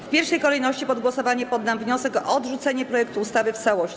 W pierwszej kolejności pod głosowanie poddam wniosek o odrzucenie projektu ustawy w całości.